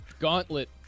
Gauntlet